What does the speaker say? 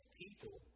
people